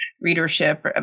readership